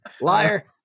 Liar